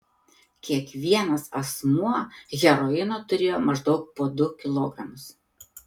kiekvienas asmuo heroino turėjo maždaug po du kilogramus